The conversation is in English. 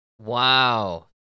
Wow